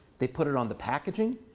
they put it on the packaging,